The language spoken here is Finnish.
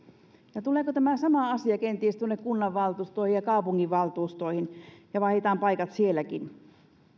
ja tuleeko tämä sama asia kenties tuonne kunnanvaltuustoihin ja kaupunginvaltuustoihin ja vaihdetaan paikat sielläkin